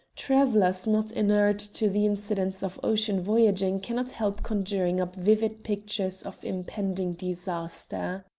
travellers not inured to the incidents of ocean voyaging cannot help conjuring up vivid pictures of impending disaster.